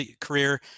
career